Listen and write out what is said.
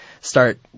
start